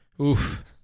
Oof